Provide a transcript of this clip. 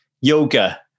yoga